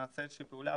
נעשה איזה שהיא פעולה,